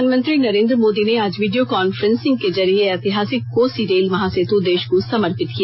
प्रधानमंत्री नरेन्द्र मोदी ने आज वीडियो कॉन्फ्रेंसिंग के जरिए ऐतिहासिक कोसी रेल महासेतु देश को समर्पित किया